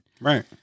right